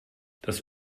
das